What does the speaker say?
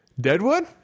Deadwood